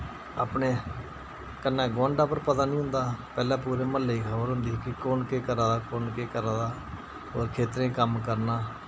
अपने कन्नै गवांडां पर पता निं होंदा हा पैह्ले पुरे म्हल्ले दी खबर होंदी ही कि कौन केह् करा दा कौन केह् करा दा और खेत्तरें कम्म करना